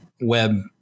web